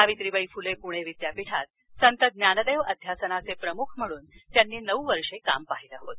सावित्रीबाई फुले पुणे विद्यापीठात संत ज्ञानदेव अध्यासनाचे प्रमुख म्हणून त्यांनी नऊ वर्षे काम बधितलं होत